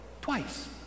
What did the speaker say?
twice